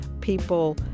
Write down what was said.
people